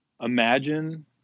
imagine